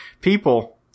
people